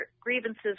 grievances